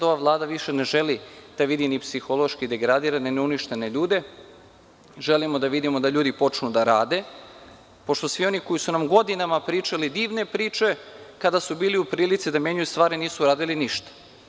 Ova vlada ne želi ni da vidi psihološke degradirane, ni uništene ljude, želimo da vidimo da ljudi počnu da rade, pošto svi oni koji su nam godinama pričali divne priče, kada su bili u prilici da menjaju stvari, nisu uradili ništa.